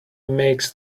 makes